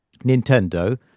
Nintendo